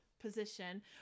position